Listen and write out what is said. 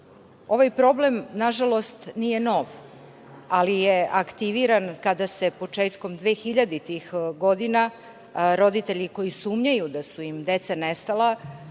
problem nije nažalost nov, ali je aktiviran kada se početkom 2000-ih godina roditelji koji sumnjaju da su im deca nestala,